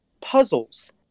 puzzles